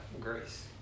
grace